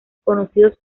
conocidos